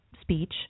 speech